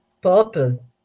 purple